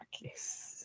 yes